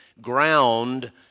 ground